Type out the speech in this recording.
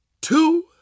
two